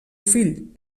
fill